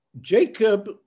Jacob